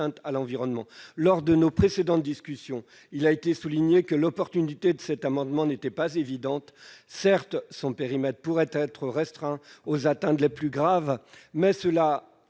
à l'environnement. Lors de nos précédentes discussions, il a été dit que l'opportunité du dispositif de cet amendement n'était pas évidente. Certes, son périmètre pourrait être restreint aux atteintes les plus graves, mais cela